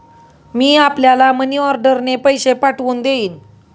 मी आपल्याला मनीऑर्डरने पैसे पाठवून देईन